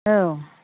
औ